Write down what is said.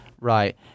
Right